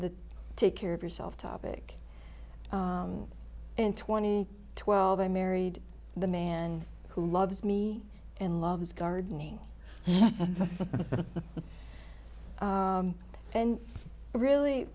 the take care of yourself topic and twenty twelve i married the man who loves me and loves gardening and really